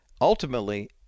Ultimately